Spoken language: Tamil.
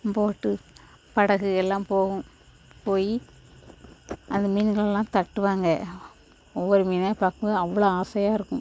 போட் படகு எல்லாம் போகும் போய் அந்த மீன்களெல்லாம் தட்டுவாங்க ஒவ்வொரு மீனையும் பார்க்கும் போது அவ்வளோ ஆசையாக இருக்கும்